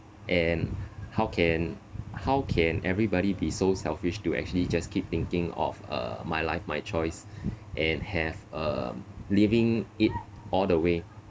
and how can how can everybody be so selfish to actually just keep thinking of uh my life my choice and have um leaving it all the way